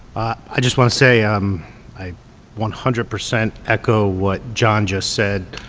i just want to say um i one hundred percent echo what john just said.